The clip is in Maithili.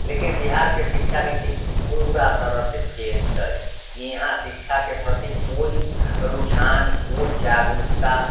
लेकिन बिहारके शिक्षा नीति पूरा तरहसँ फेल छै यहाँ शिक्षाके प्रति कोइ रुझान कोइ जागरूकता